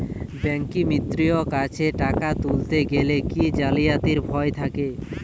ব্যাঙ্কিমিত্র কাছে টাকা তুলতে গেলে কি জালিয়াতির ভয় থাকে?